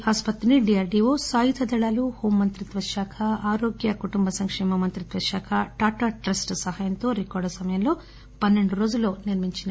ఈ ఆసుపత్రిని డీఆర్డీవో సాయుధ దళాలు హోంమంత్రిత్వశాఖ ఆరోగ్య కుటుంబ సంకేమ మంత్రిత్వశాఖ టాటా ట్రస్ట్ సహాయంతో రికార్డు సమయంలో పస్సెండు రోజుల్లో నిర్మించింది